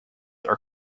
are